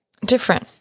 different